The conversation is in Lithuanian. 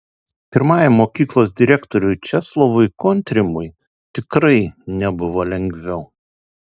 pirmajam mokyklos direktoriui česlovui kontrimui tikrai nebuvo lengviau